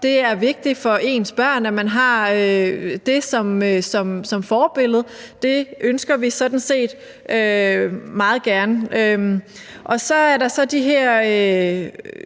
Det er vigtigt for ens børn, at de har det som forbillede. Det ønsker vi sådan set meget gerne. Så er der det her